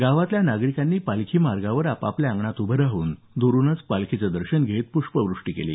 गावातल्या नागरिकांनी पालखी मार्गावर आपापल्या अंगणात उभं राहून दुरुनच पालखीचं दर्शन घेत पुष्पवृष्टी केली